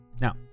Now